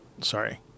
sorry